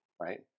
right